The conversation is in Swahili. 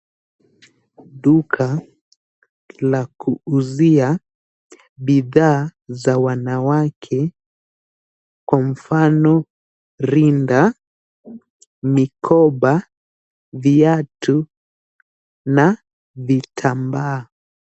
Duka la kuuzia bidhaa za wanawake kwa mfano rinda, mikoba, viatu na vitambaa.